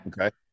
Okay